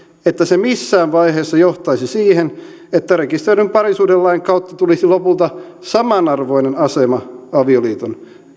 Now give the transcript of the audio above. niin se missään vaiheessa johtaisi siihen että rekisteröidyn parisuhdelain kautta tulisi lopulta samanarvoinen asema avioliiton